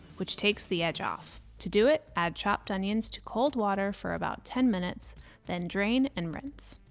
which takes the edge off. to do it, add chopped onions to cold water for about ten minutes then drain and rinse